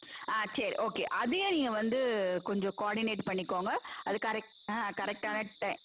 ஆ சரி ஓகே அதையும் நீங்கள் வந்து கொஞ்சம் கோஆர்டினேட் பண்ணிக்கோங்க அது கரெக்ட் கரெக்டான டைம்